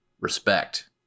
respect